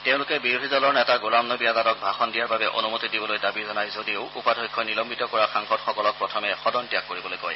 তেওঁলোকে বিৰোধী দলৰ নেতা গোলাম নবী আজাদক ভাষণ দিয়াৰ বাবে অনুমতি দিবলৈ দাবী জনায় যদিও উপাধ্যক্ষই নিলম্বিত কৰা সাংসদসকলক প্ৰথমে সদন ত্যাগ কৰিবলৈ কয়